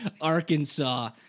Arkansas